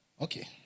Okay